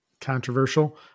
controversial